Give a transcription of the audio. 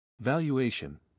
Valuation